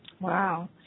Wow